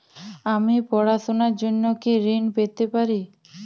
আমি পড়াশুনার জন্য কি ঋন পেতে পারি?